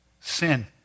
Sin